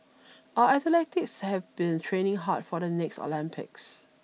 our athletes have been training hard for the next Olympics